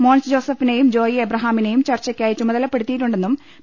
മോൻസ് ജോസഫിനെയും ജോയി എബ്രഹാമി നെയും ചർച്ചയ്ക്കായി ചുമതലപ്പെടുത്തിയിട്ടുണ്ടെന്നും പി